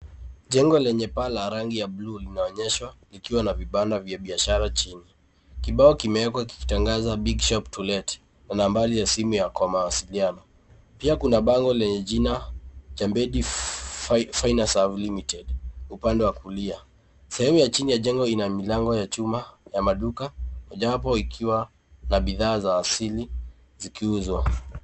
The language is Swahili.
Jengo lenye paa ya rangi ya blue limeonyeshwa likiwa na vibanda vya biashara chini. Kibao kimewekwa kikitangaza big shop to let na nambari ya simu kwa mawasiliano. Pia kuna bango lenye jina Jandebi Finaserve Limited upande wa kulia. Sehemu ya chini ya jengo ina milango ya chuma ya maduka mmojawapo ikiwa na bidhaa za asili zikiuzwa.